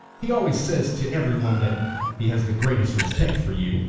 he always says to every one that he has the greatest respect for you,